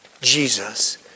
Jesus